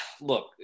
Look